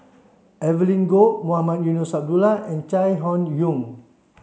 Evelyn Goh Mohamed Eunos Abdullah and Chai Hon Yoong